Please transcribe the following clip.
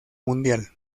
mundial